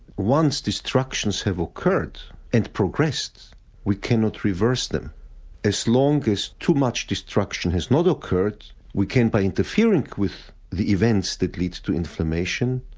once destructions have occurred and progressed we cannot reverse them as long as too much destruction has not occurred we can, by interfering with the events that lead to inflammation,